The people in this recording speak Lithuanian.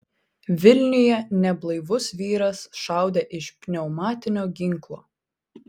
vilniuje neblaivus vyras šaudė iš pneumatinio ginklo